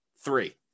three